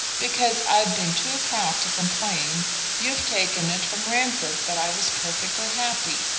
because i've been too proud to complain you've taken it for granted that i was perfectly happy.